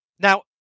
now